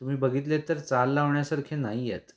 तुमी बघितलेत तर चाल लावण्यासारखे नाही आहेत